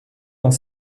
dans